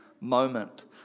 moment